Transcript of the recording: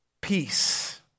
peace